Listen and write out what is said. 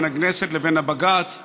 בין הכנסת לבין הבג"ץ,